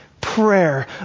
prayer